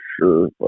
sure